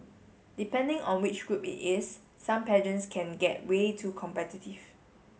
depending on which group it is some pageants can get way too competitive